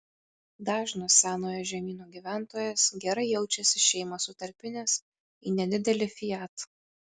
dažnas senojo žemyno gyventojas gerai jaučiasi šeimą sutalpinęs į nedidelį fiat